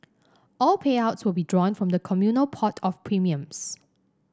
all payouts will be drawn from the communal pot of premiums